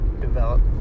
develop